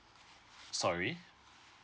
sorry